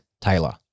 Taylor